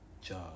job